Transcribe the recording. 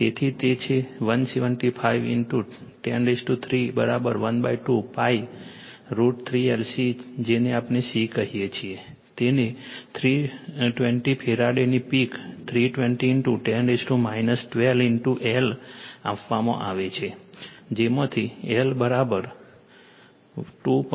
તેથી તે છે 175 10312 π √LC જેને આપણે C કહીએ છીએ તેને 320 ફેરાડની પીક 320 10 12 L આપવામાં આવે છે જેમાંથી L2